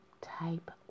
type